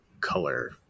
Color